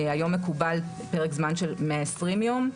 היום מקובל פרק זמן של 120 יום,